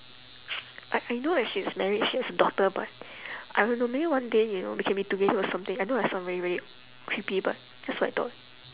I I know that she's married she has a daughter but I don't know maybe one day you know we can be together or something I know I sound really really creepy but that's what I thought